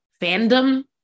fandom